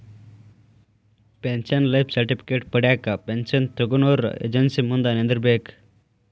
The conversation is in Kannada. ಪೆನ್ಷನ್ ಲೈಫ್ ಸರ್ಟಿಫಿಕೇಟ್ ಪಡ್ಯಾಕ ಪೆನ್ಷನ್ ತೊಗೊನೊರ ಏಜೆನ್ಸಿ ಮುಂದ ನಿಂದ್ರಬೇಕ್